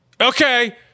Okay